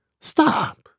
Stop